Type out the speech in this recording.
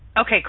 Okay